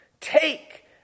take